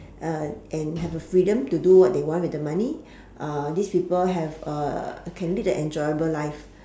and have a freedom to do what they want with the money these people have a can lead the enjoyable life